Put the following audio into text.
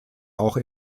auch